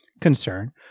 concern